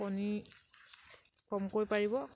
কণী কমকৈ পাৰিব